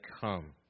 come